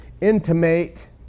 intimate